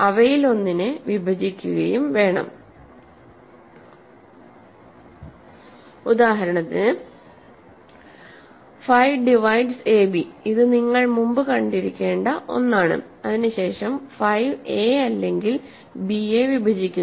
അവയിലൊന്നിനെ വിഭജിക്കുകയും വേണം ഉദാഹരണത്തിന് 5 ഡിവൈഡ്സ് ab ഇത് നിങ്ങൾ മുമ്പ് കണ്ടിരിക്കേണ്ട ഒന്നാണ് അതിനുശേഷം 5 a അല്ലെങ്കിൽ b യെ വിഭജിക്കുന്നു